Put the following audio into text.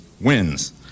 wins